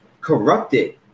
corrupted